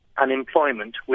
unemployment